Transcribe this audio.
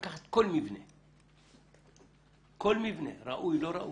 לקחת כל מבנה ראוי, לא ראוי,